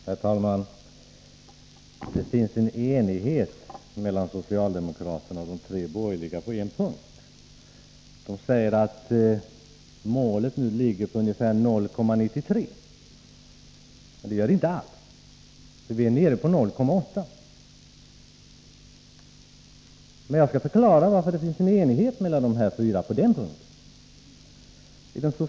Herr talman! Det finns en enighet mellan socialdemokraterna och de tre borgerliga partierna på en punkt: de säger att målet nu ligger på ungefär 0,93 90. Det gör det inte alls, för vi är nere i 0,8 90. Jag skall förklara varför det finns en enighet mellan de fyra på den punkten.